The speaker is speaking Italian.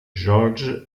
george